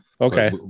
okay